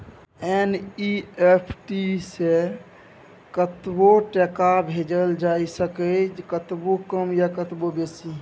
NEFT सँ कतबो टका भेजल जाए सकैए कतबो कम या कतबो बेसी